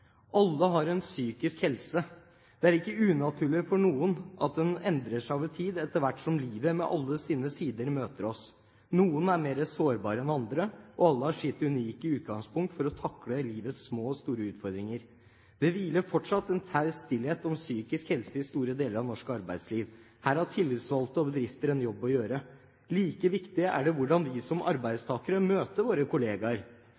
Alle har en psykisk helse. Det er ikke unaturlig for noen at en endrer seg over tid, etter hvert som livet med alle sine sider møter oss. Noen er mer sårbare enn andre, og alle har sitt unike utgangspunkt for å takle livets små og store utfordringer. Det hviler fortsatt en taushet om psykisk helse i store deler av norsk arbeidsliv. Her har tillitsvalgte og bedrifter en jobb å gjøre. Like viktig er det hvordan vi som arbeidstakere møter våre kolleger. Arbeid